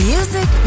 Music